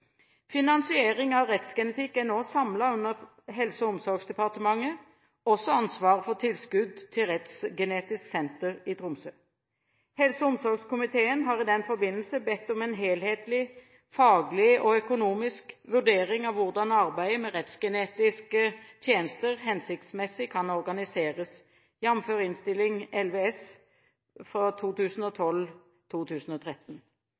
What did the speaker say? Finansiering av rettsgenetikk er nå samlet under Helse- og omsorgsdepartementet, også ansvaret for tilskudd til Rettsgenetisk Senter i Tromsø. Helse- og omsorgskomiteen har i den forbindelse bedt om en helhetlig, faglig og økonomisk vurdering av hvordan arbeidet med rettsgenetiske tjenester hensiktsmessig kan organiseres, jf. Innst. 11 S